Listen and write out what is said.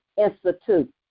institute